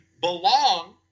belong